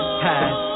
past